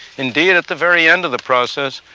indeed, at the very end of the process,